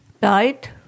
died